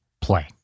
play